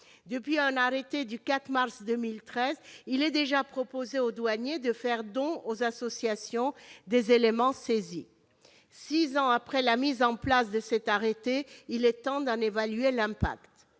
Depuis un arrêté du 4 mars 2013, il est proposé aux douaniers de faire don aux associations des aliments saisis. Six ans après la publication de cet arrêté, il est temps d'en évaluer les